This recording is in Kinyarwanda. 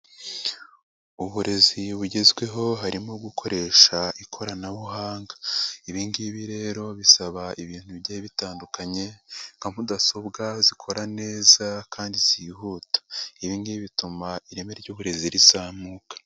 Uburezi bugezweho harimo gukoresha ikoranabuhanga. Ibingibi rero bisaba ibintu bigiye bitandukanye, nka mudasobwa zikora neza kandi zihuta. Ibingibi bituma ireme ry'uburezi rizamuka.